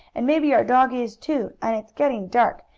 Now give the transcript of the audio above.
and maybe our dog is, too, and it's getting dark,